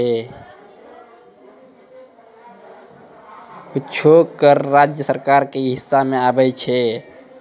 कुछो कर राज्य सरकारो के हिस्सा मे आबै छै